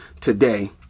today